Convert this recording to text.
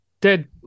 dead